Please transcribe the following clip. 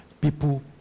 people